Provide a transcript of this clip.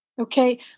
Okay